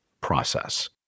process